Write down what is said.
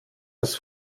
das